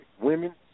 women